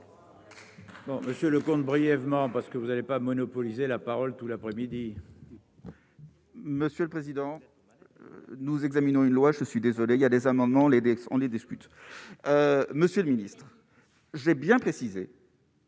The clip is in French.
Monsieur le comte brièvement parce que vous n'avez pas monopoliser la parole tout l'après-midi. Monsieur le président, nous examinons une loi, je suis désolé, il y a des amendements les on les discute, monsieur le Ministre, j'ai bien précisé.